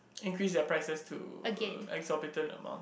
increase their prices to exorbitant among